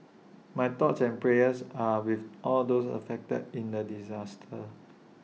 my thoughts and prayers are with all those affected in the disaster